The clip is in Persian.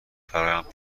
فرایند